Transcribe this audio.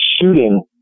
shooting